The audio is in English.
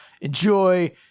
enjoy